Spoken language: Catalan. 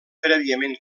prèviament